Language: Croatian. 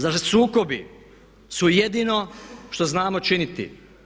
Zar sukobi su jedino što znamo činiti?